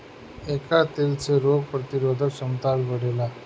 एकर तेल से रोग प्रतिरोधक क्षमता भी बढ़ेला